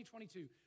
2022